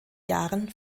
jahren